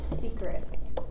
secrets